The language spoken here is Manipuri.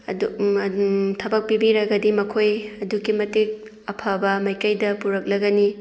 ꯑꯗꯨꯝ ꯊꯕꯛ ꯄꯤꯕꯤꯔꯒꯗꯤ ꯃꯈꯣꯏ ꯑꯗꯨꯒꯤ ꯃꯇꯤꯛ ꯑꯐꯕ ꯃꯥꯏꯀꯩꯗ ꯄꯨꯔꯛꯂꯒꯅꯤ